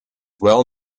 well